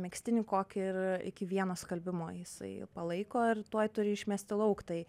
megztinį kokį ir iki vieno skalbimo jisai palaiko ir tuoj turi išmesti lauk tai